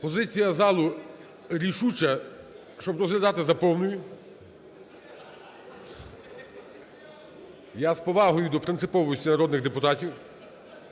Позиція залу рішуча, щоб розглядати за повною. (Шум у залі) Я з повагою до принциповості народних депутатів.